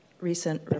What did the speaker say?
recent